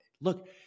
look